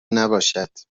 نباشد